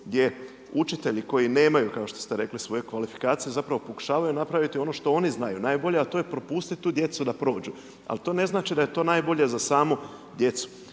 gdje učitelji koji nemaju, kao što ste rekli, svoj kvalifikacije, zapravo pokušavaju napraviti ono što oni znaju najbolje, a to je propustiti tu djecu da prođu. Al to ne znači da je to najbolje za samu djecu.